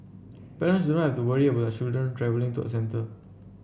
parents do not have to worry about children travelling to a centre